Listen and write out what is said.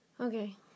Okay